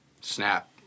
snap